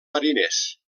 mariners